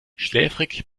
schläfrig